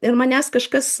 ir manęs kažkas